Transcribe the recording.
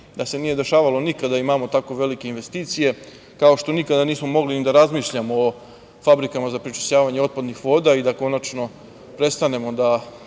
Da se nije dešavalo nikada da imamo tako velike investicije, kao što nikada nismo mogli ni da razmišljamo o fabrikama za prečišćavanje otpadnih voda, i da konačno prestanemo da